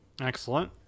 excellent